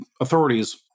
authorities